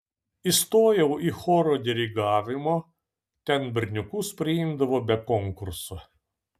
įstojau į choro dirigavimą ten berniukus priimdavo be konkurso